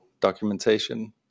documentation